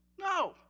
No